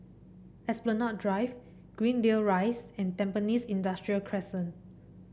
Esplanade Drive Greendale Rise and Tampines Industrial Crescent